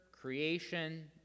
creation